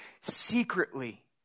secretly